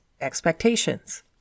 expectations